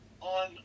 on